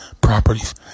properties